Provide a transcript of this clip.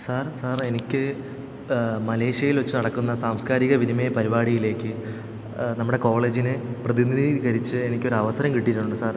sir സാറെനിക്ക് മലേഷ്യയില് വെച്ച് നടക്കുന്ന സാംസ്കാരികവിനിമയപരിപാടിയിലേക്ക് നമ്മുടെ കോളേജിനെ പ്രതിനിധീകരിച്ച് എനിക്കൊരവസരം കിട്ടിയിട്ടുണ്ട് സാർ